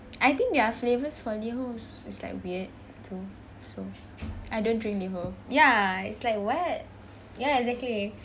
I think their flavours for Liho it's like weird too so I don't drink Liho ya it's like what ya exactly